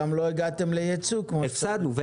עד שלא יהיה בדק בית ודו"ח כתוב ממנכ"ל משרד